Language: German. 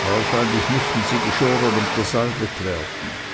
wahrscheinlich müßten sie geschoren und gesalbet werden